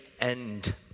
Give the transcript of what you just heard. end